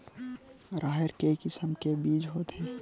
राहेर के किसम के बीज होथे?